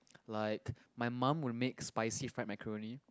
like my mum will make spicy fried macaroni